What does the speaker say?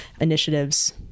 initiatives